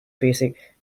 basic